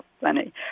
funny